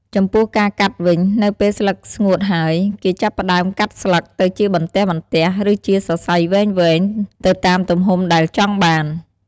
ចំពោះការកាត់់វិញ នៅពេលស្លឹកស្ងួតហើយ គេចាប់ផ្តើម កាត់ស្លឹក ទៅជាបន្ទះៗ ឬជាសរសៃវែងៗ ទៅតាមទំហំដែលចង់បាន។